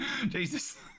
jesus